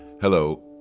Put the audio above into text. Hello